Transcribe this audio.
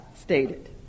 stated